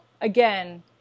again